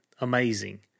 amazing